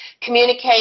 communicate